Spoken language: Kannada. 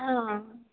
ಹಾಂ